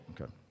Okay